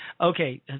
Okay